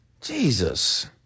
Jesus